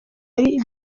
ari